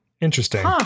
Interesting